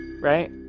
right